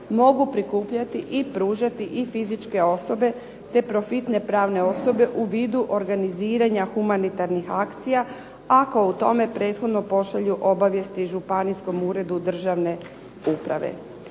mogu prikupljati i pružati fizičke osobe te profitne pravne osobe u vidu organiziranja humanitarnih akcija, ako o tome prethodno pošalju obavijesti županijskom uredu državne uprave.